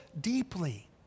deeply